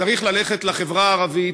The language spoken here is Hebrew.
צריך ללכת לחברה הערבית,